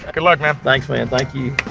good luck man. thanks man, thank you.